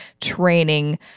training